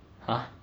!huh!